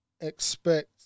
expect